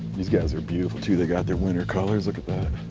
these guys are beautiful too, they got their winter colors look at that.